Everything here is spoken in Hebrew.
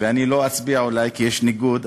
ואני לא אצביע אולי כי יש ניגוד,